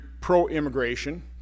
pro-immigration